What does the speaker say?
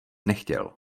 nechtěl